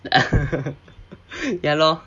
ya lor